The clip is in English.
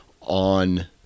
on